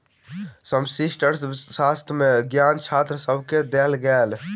समष्टि अर्थशास्त्र के ज्ञान छात्र सभके देल गेल